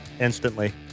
instantly